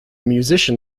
musician